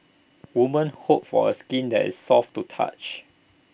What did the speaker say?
woman hope for A skin that is soft to touch